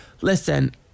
listen